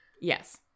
Yes